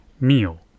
meal